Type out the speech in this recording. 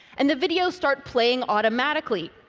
and the videos start playing automatically.